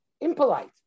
impolite